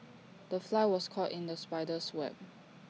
the fly was caught in the spider's web